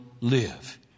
live